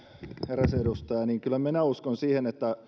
eräs edustaja niin kyllä minä uskon siihen että